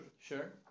Sure